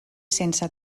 sense